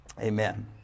Amen